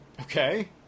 Okay